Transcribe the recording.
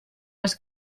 les